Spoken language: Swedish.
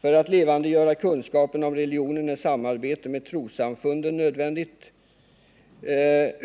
För att levandegöra kunskapen om religionen är samarbete med trossamfunden nödvändigt.